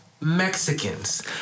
Mexicans